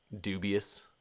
dubious